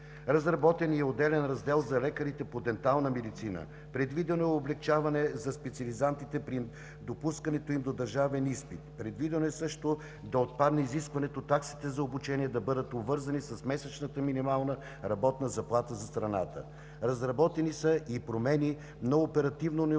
Разработен е и отделен раздел за лекарите по дентална медицина. Предвидено е облекчаване за специализантите при допускането им до държавен изпит. Предвидено е също да отпадне изискването таксите за обучение да бъдат обвързани с месечната минимална работна заплата за страната. Разработени са и промени на оперативно ниво,